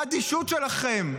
את האדישות שלכם.